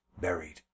buried